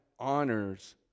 Honors